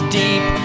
deep